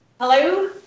Hello